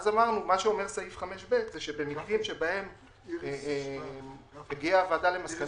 מה שאומר סעיף 5(ב) זה שבמקרים שבהם הגיעה הוועדה למסקנה,